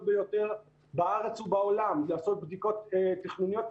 ביותר בארץ ובעולם לעשות בדיקות תכנוניות,